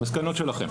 המסקנות שלכם.